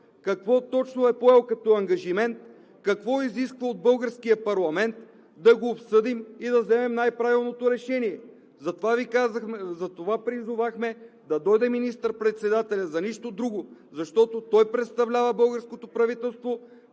какво точно е поел като ангажимент, какво се изисква от българския парламент, да го обсъдим и да вземем най-правилното решение. Затова призовахме да дойде министър-председателят – за нищо друго. Защото той представлява българското правителство,